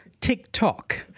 TikTok